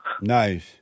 Nice